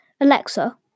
Alexa